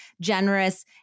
generous